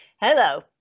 Hello